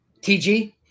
TG